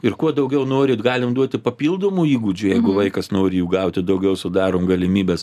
ir kuo daugiau norit galim duoti papildomų įgūdžių jeigu vaikas nori jų gauti daugiau sudarom galimybes